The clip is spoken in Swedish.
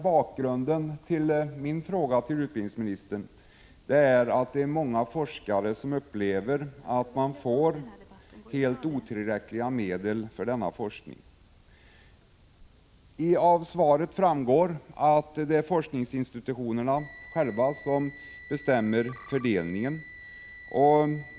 Bakgrunden till min interpellation till utbildningsministern är att många forskare anser att de får helt otillräckliga medel för denna forskning. Av svaret framgår att det är forskningsinstitutionerna själva som bestämmer fördelningen.